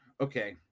Okay